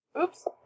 Oops